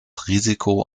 risiko